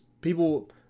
people